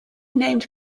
named